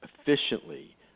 efficiently